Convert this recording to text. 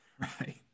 Right